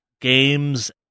games